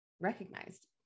recognized